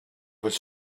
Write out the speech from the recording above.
was